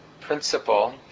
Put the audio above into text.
principle